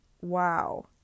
wow